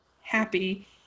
happy